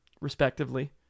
respectively